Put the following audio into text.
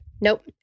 Nope